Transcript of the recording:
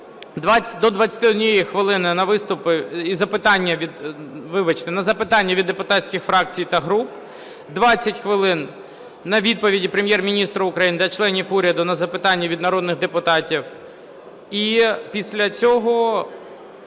і запитання… вибачте, на запитання від депутатських фракцій та груп; 20 хвилин - на відповіді Прем'єр-міністра України та членів уряду на запитання від народних депутатів. І після цього